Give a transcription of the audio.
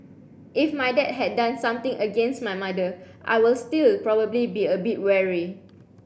if my dad had done something against my mother I will still probably be a bit wary